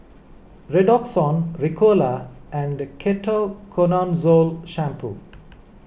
Redoxon Ricola and Ketoconazole Shampoo